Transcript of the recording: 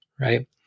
right